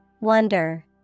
Wonder